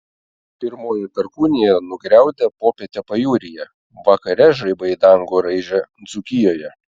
pirmoji perkūnija nugriaudė popietę pajūryje vakare žaibai dangų raižė dzūkijoje